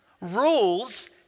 Rules